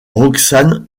roxane